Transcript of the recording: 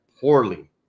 poorly